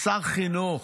שר חינוך,